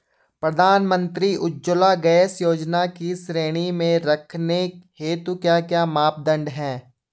प्रधानमंत्री उज्जवला गैस योजना की श्रेणी में रखने हेतु क्या क्या मानदंड है?